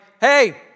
hey